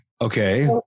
Okay